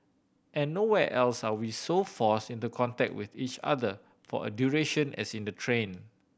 and nowhere else are we so forced into contact with each other for a duration as in the train